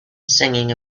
singing